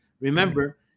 Remember